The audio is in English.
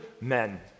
men